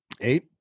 Eight